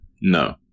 No